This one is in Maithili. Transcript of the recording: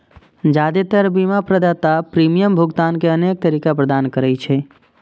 जादेतर बीमा प्रदाता प्रीमियम भुगतान के अनेक तरीका प्रदान करै छै